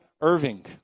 Irving